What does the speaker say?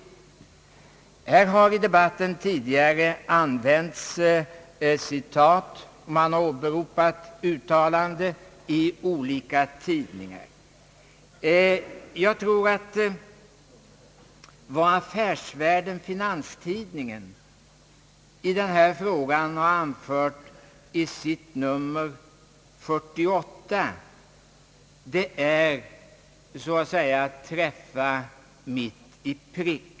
Här har i debatten tidigare använts citat; man har åberopat uttalanden i olika tidningar. Jag tror att vad Affärsvärlden-Finanstidningen i denna fråga har anfört i nr 48 träffar mitt i prick.